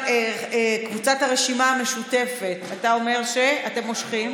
קבוצת הרשימה המשותפת, אתה אומר שאתם מושכים.